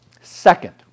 Second